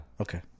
Okay